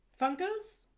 Funkos